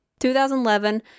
2011